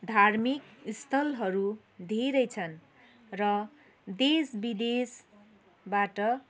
धार्मिक स्थलहरू धेरै छन् र देश विदेशबाट